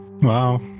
Wow